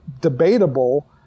debatable